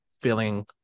feeling